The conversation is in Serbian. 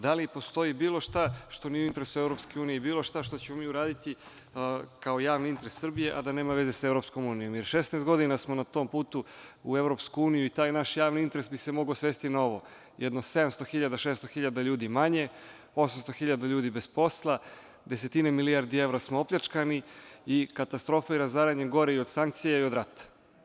Da li postoji bilo šta što nije u interesu EU i bilo šta što ćemo mi uraditi kao javni interes Srbije, a da nema veze sa EU, jer 16 godina smo na tom putu u EU i taj naš javni interes bi se mogao svesti na ovo - jedno 600, 700.000 ljudi manje, 800.000 ljudi bez posla, desetine milijardi evra smo opljačkani i katastrofa i razaranje gore i od sankcija i od rata.